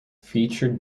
featured